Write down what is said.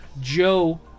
Joe